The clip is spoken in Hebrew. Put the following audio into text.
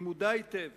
אני מודע היטב